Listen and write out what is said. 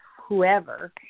whoever